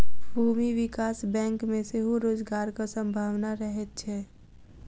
भूमि विकास बैंक मे सेहो रोजगारक संभावना रहैत छै